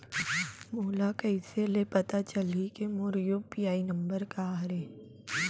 मोला कइसे ले पता चलही के मोर यू.पी.आई नंबर का हरे?